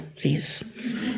please